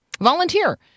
Volunteer